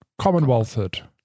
Commonwealthhood